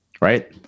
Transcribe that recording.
right